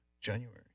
January